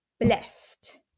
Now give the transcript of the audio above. blessed